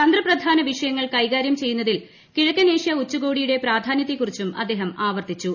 തന്ത്രപ്രധാന വിഷയങ്ങൾ കൈകാര്യം ചെയ്യുന്നതിൽ കിഴക്കൻ ഏഷ്യ ഉച്ചകോടിയുടെ പ്രാധാന്യത്തെക്കുറിച്ചും അദ്ദേഹം ആവർത്തിച്ചു